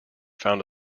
found